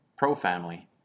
pro-family